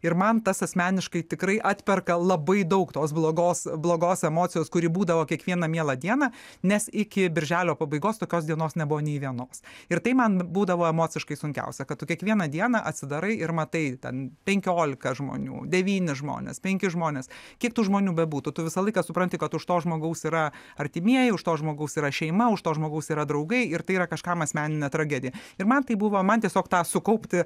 ir man tas asmeniškai tikrai atperka labai daug tos blogos blogos emocijos kuri būdavo kiekvieną mielą dieną nes iki birželio pabaigos tokios dienos nebuvo nei vienos ir tai man būdavo emociškai sunkiausia kad tu kiekvieną dieną atsidarai ir matai ten penkiolika žmonių devynis žmones penkis žmones kiek tų žmonių bebūtų tu visą laiką supranti kad už to žmogaus yra artimieji už to žmogaus yra šeima už to žmogaus yra draugai ir tai yra kažkam asmeninė tragedija ir man tai buvo man tiesiog tą sukaupti